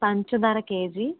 పంచదార కేజీ